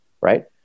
right